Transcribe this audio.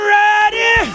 ready